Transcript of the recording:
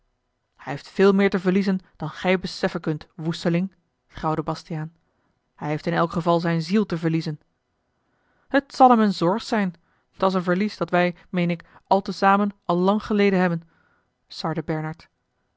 hij heeft veel meer te verliezen dan gij beseffen kunt woesteling grauwde bastiaan hij heeft in elk geval zijne ziel te verliezen het zal hem een zorg zijn dat's een verlies dat wij meene ik al te zamen al lang geleden hebben sarde bernard